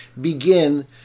begin